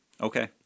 Okay